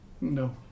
No